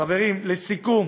חברים, לסיכום,